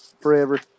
Forever